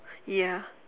ya